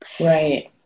Right